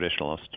traditionalist